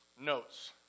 notes